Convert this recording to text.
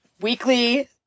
weekly